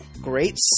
Great